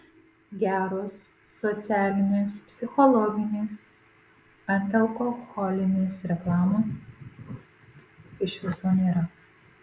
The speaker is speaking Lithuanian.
geros socialinės psichologinės antialkoholinės reklamos iš viso nėra